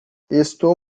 estou